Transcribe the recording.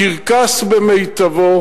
הקרקס במיטבו,